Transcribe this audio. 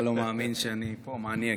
אם אתה לא מאמין שאני פה, מה אני אגיד?